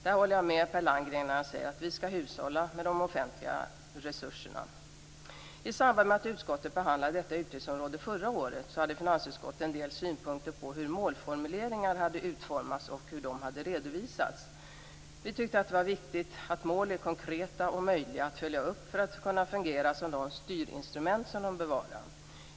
Jag håller med Per Landgren när han säger att vi skall hushålla med de offentliga resurserna. I samband med att utskottet behandlade detta utgiftsområde förra året hade finansutskottet en del synpunkter på hur målformuleringar hade utformats och redovisats. Vi tyckte att det var viktigt att mål är konkreta och möjliga att följa upp för att de skall kunna fungera som de styrinstrument som de bör vara.